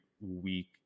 weak